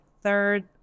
third